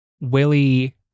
Willie